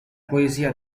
poesia